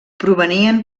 provenien